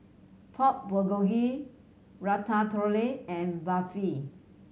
Pork Bulgogi Ratatouille and Barfi